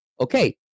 okay